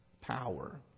power